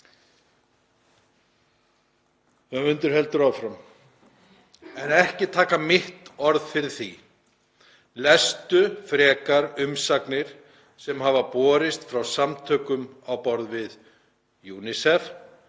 „En ekki taka mitt orð fyrir því. Lestu frekar umsagnir sem hafa borist frá samtökum á borð við: UNICEF“